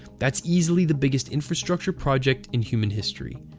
that's easily the biggest infrastructure project in human history,